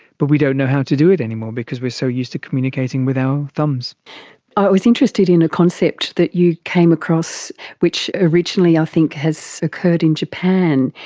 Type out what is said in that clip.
but we don't know how to do it anymore because we are so used to communicating with our thumbs. i was interested in a concept that you came across which originally i think has occurred in japan,